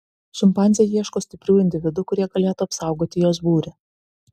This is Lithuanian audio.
šimpanzė ieško stiprių individų kurie galėtų apsaugoti jos būrį